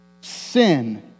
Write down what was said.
Sin